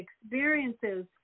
experiences